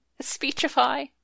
Speechify